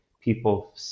people